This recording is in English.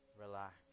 relax